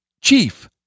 Chief